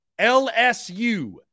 LSU